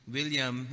William